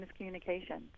miscommunication